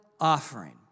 offering